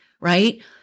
right